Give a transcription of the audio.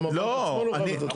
גם הבנק עצמו לא חייב לתת אשראי.